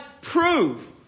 prove